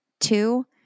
Two